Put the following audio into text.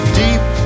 deep